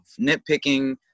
nitpicking